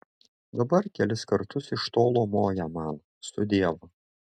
dabar kelis kartus iš tolo moja man sudiev